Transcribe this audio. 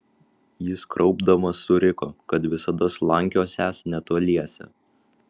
jis kraupdamas suriko kad visada slankiosiąs netoliese